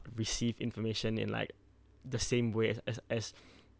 received information in like the same way as as as